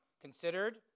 considered